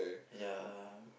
ya